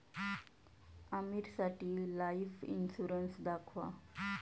आमीरसाठी life insurance दाखवा